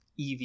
EV